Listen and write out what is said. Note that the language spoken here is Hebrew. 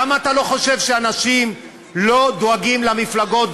למה אתה לא חושב שאנשים לא דואגים למפלגות,